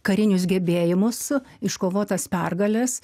karinius gebėjimus iškovotas pergales